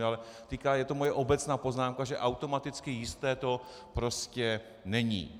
Ale je to moje obecná poznámka, že automaticky jisté to prostě není.